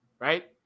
Right